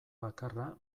bakarra